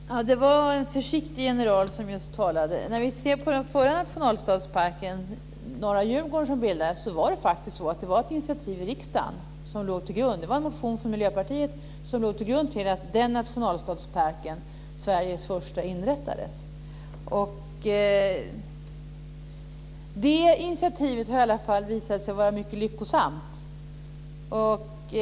Herr talman! Det var en försiktig general som just talade. När vi ser på den förra nationalstadsparken som bildades på norra Djurgården, var det faktiskt ett initiativ i riksdagen som låg till grund för det. Det var en motion från Miljöpartiet som låg till grund när den nationalstadsparken, Sveriges första, inrättades. Det initiativet har i alla fall visat sig vara mycket lyckosamt.